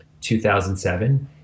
2007